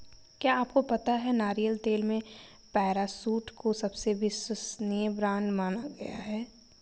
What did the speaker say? क्या आपको पता है नारियल तेल में पैराशूट को सबसे विश्वसनीय ब्रांड माना गया है?